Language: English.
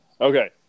Okay